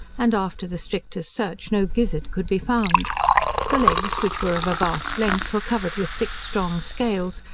and after the strictest search no gizzard could be found the legs, which were of a vast length, were covered with thick, strong scales,